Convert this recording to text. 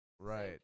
Right